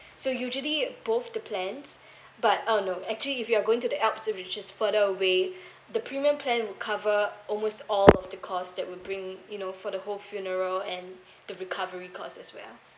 so usually both the plans but orh no actually if you are going to the alps uh which is further away the premium plan will cover almost all of the costs that will bring you know for the whole funeral and the recovery cost as well